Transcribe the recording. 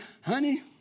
honey